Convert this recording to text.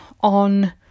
on